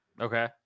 Okay